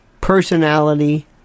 personality